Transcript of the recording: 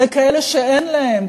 לכאלה שאין להם,